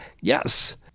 Yes